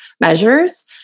measures